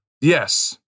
Yes